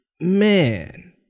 man